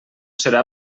serà